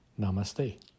Namaste